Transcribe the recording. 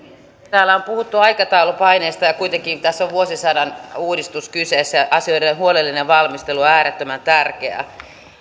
täällä on puhuttu aikataulupaineista ja kuitenkin tässä on vuosisadan uudistus kyseessä ja asioiden huolellinen valmistelu on äärettömän tärkeää